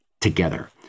together